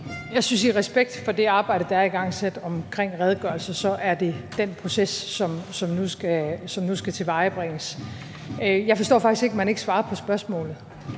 Jeg synes i respekt for det arbejde, der er igangsat omkring en redegørelse, at det er den proces, som nu skal tilvejebringes. Jeg forstår faktisk ikke, at man ikke svarer på spørgsmålet.